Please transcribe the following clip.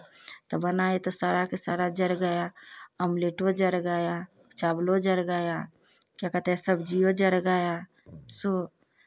तो बनाए तो सारा का सारा जल गया अम्लेटो जल गया चावलो जल गया क्या कहते हैं सब्जियो जल गया सो